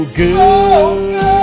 good